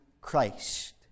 Christ